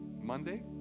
Monday